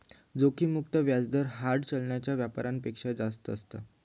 जोखिम मुक्त व्याज दर हार्ड चलनाच्या व्यापारापेक्षा कमी असता